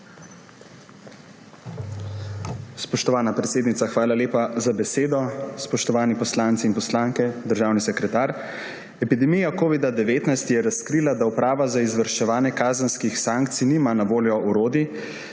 hvala lepa za besedo.